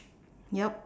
yup